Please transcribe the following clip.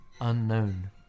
unknown